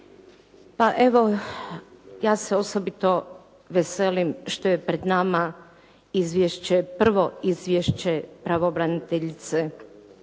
Pa evo, ja se osobito veselim što je pred nama izvješće, prvo izvješće pravobraniteljice